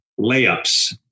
layups